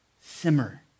simmer